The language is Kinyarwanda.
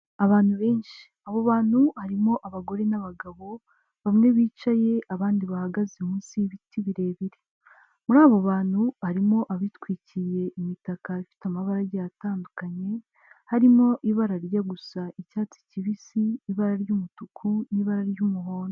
Abantu benshi, abo bantu barimo abagore n'abagabo bamwe bicaye abandi bahagaze munsi y'ibiti birebire, muri abo bantu harimo abitwikiriye imitaka ifite amabara agiye atandukanye harimo ibara rijya gusa icyatsi kibisi, ibara ry'umutuku n'ibara ry'umuhondo.